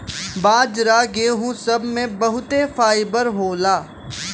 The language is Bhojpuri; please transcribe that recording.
बाजरा गेहूं सब मे बहुते फाइबर होला